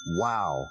Wow